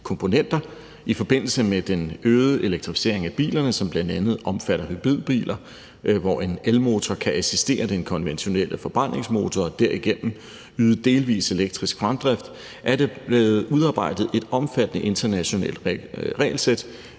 I forbindelse med den øgede elektrificering af bilerne, som bl.a. omfatter hybridbiler, hvor en elmotor kan assistere den konventionelle forbrændingsmotor og derigennem yde delvis elektrisk fremdrift, er der blevet udarbejdet et omfattende internationalt regelsæt